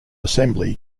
assembly